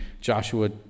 Joshua